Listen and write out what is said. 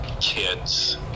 kids